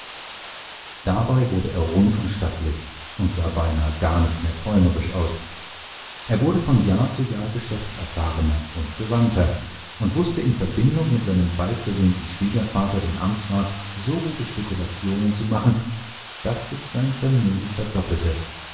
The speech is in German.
dabei wurde er rund und stattlich und sah beinah gar nicht mehr träumerisch aus er wurde von jahr zu jahr geschäftserfahrener und gewandter und wußte in verbindung mit seinem bald versöhnten schwiegervater dem amtsrat so gute spekulationen zu machen daß sich sein vermögen verdoppelte